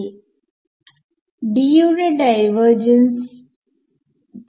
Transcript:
ഇപ്പോൾ നമ്മൾ എന്ത് ചെയ്യും